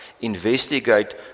investigate